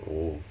oh